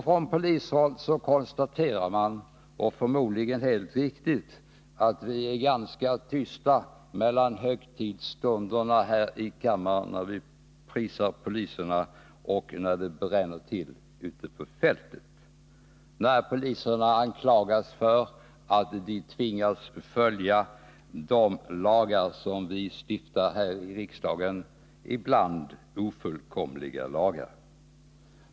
Från polishåll konstaterar man emellertid — och förmodligen helt riktigt — att vi är ganska tysta mellan högtidsstunderna här i kammaren, när vi prisar, poliserna, och när det bränner till ute på fältet, när poliserna anklagas för att de tvingas följa de lagar som vi stiftar här i riksdagen, ibland ofullkomliga lagar.